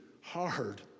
hard